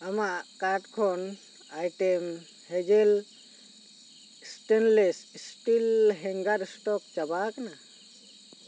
ᱟᱢᱟᱜ ᱠᱟᱰ ᱠᱷᱚᱱ ᱟᱭᱴᱮᱢ ᱦᱮᱡᱮᱞ ᱥᱴᱮᱱᱞᱮᱥ ᱥᱴᱤᱞ ᱦᱮᱝᱜᱟᱨ ᱥᱴᱚᱠ ᱪᱟᱵᱟ ᱠᱟᱱᱟ